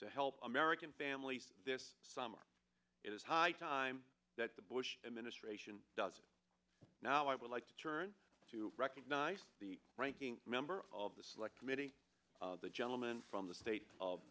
to help american families this summer it is high time that the bush administration does now i would like to turn to recognize the ranking member of the select committee the gentleman from the state of